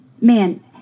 man